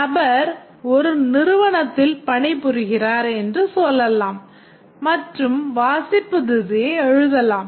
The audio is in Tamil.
நபர் ஒரு நிறுவனத்தில் பணிபுரிகிறார் என்று சொல்லலாம் மற்றும் வாசிப்பு திசையை எழுதலாம்